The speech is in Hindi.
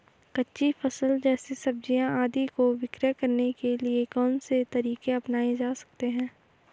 कच्ची फसल जैसे सब्जियाँ आदि को विक्रय करने के लिये कौन से तरीके अपनायें जा सकते हैं?